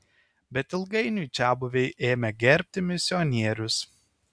bet ilgainiui čiabuviai ėmė gerbti misionierius